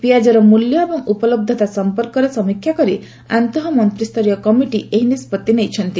ପିଆଜର ମୂଲ୍ୟ ଏବଂ ଉପଲବ୍ଧତା ସମ୍ପର୍କର ସମୀକ୍ଷା କରି ଆନ୍ତଃ ମନ୍ତ୍ରିସ୍ତରୀୟ କମିଟି ଏହି ନିଷ୍ପଭି ନେଇଛନ୍ତି